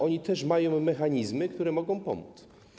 Oni też mają mechanizmy, które mogą pomóc.